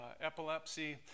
epilepsy